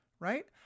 Right